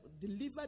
delivered